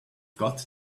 got